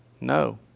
No